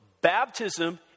baptism